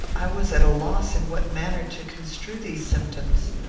i was at a loss in what manner to construe these symptoms.